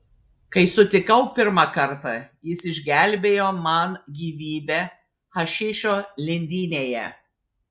kai sutikau pirmą kartą jis išgelbėjo man gyvybę hašišo lindynėje